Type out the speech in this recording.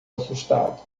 assustado